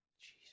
Jesus